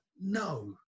No